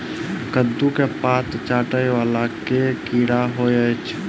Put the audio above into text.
कद्दू केँ पात चाटय वला केँ कीड़ा होइ छै?